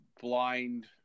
blind